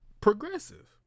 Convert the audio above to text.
progressive